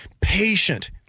patient